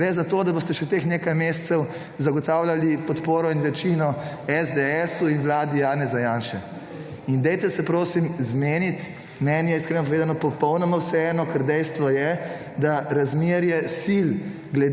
Gre za to, da boste še teh nekaj mesecev zagotavljali podporo in večino SDS in vladi Janeza Janše. Dajte se prosim zmeniti meni je iskreno povedano popolnoma vseeno, ker dejstvo je, da razmerje sil